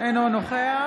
אינו נוכח